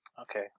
Okay